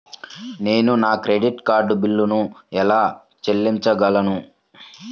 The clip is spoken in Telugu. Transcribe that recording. నేను నా క్రెడిట్ కార్డ్ బిల్లును ఎలా చెల్లించగలను?